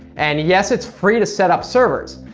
and yes it's free to set up servers,